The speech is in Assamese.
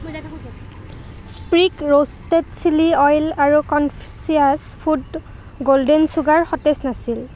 স্প্ৰিগ ৰোষ্টেড চিলি অইল আৰু কনচিয়াছ ফুড গোল্ডেন চুগাৰ সতেজ নাছিল